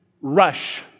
rush